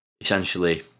essentially